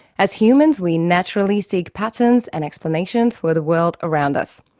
as humans, we naturally seek patterns and explanations for the world around us.